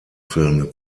filme